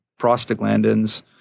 prostaglandins